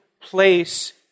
place